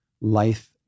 life